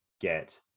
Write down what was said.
get